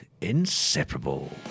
Inseparable